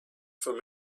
from